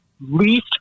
least